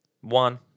One